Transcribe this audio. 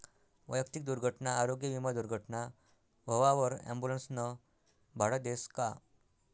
वैयक्तिक दुर्घटना आरोग्य विमा दुर्घटना व्हवावर ॲम्बुलन्सनं भाडं देस का?